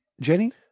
Jenny